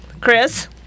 Chris